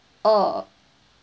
orh